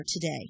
today